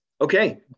Okay